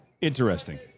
Interesting